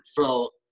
felt